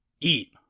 eat